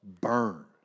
burn